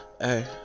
Hey